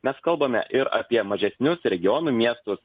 mes kalbame ir apie mažesnius regionų miestus